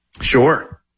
Sure